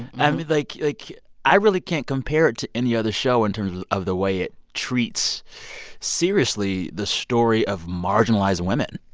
and like like, i really can't compare it to any other show in terms of the way it treats seriously the story of marginalized women